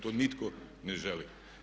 To nitko ne želi.